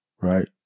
right